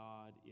God